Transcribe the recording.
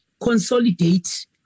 consolidate